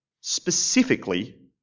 specifically